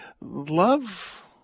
love